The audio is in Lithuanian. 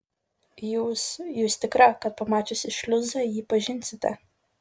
jūs jūs tikra kad pamačiusi šliuzą jį pažinsite